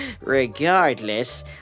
Regardless